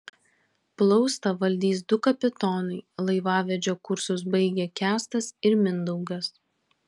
plaustą valdys du kapitonai laivavedžio kursus baigę kęstas ir mindaugas